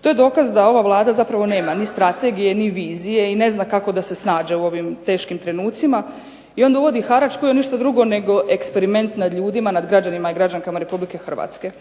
To je dokaz da ova Vlada zapravo nema ni strategije ni vizije i ne zna kako da se snađe u ovim teškim trenucima i onda uvodi harač koji je ništa drugo nego eksperiment nad ljudima, nad građanima i građankama Republike Hrvatske.